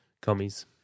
Commies